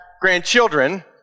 grandchildren